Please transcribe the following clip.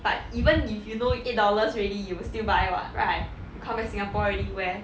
but even if you know eight dollars already you will still buy [what] right you come back singapore already where